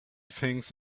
thinks